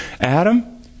Adam